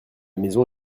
maison